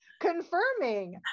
confirming